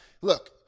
Look